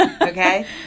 Okay